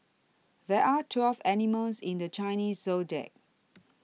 there are twelve animals in the Chinese zodiac